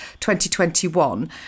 2021